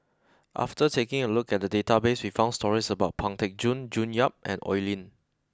after taking a look at the database we found stories about Pang Teck Joon June Yap and Oi Lin